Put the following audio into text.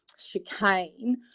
chicane